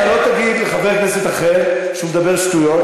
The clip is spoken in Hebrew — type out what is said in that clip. אתה לא תגיד לחבר כנסת אחר שהוא מדבר שטויות,